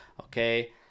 Okay